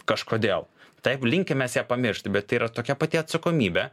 kažkodėl taip linkę mes ją pamiršti bet tai yra tokia pati atsakomybė